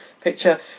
picture